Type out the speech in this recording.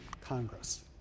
Congress